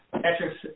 Patrick